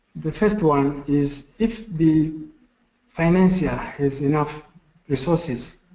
the first one is if the financier has enough resources,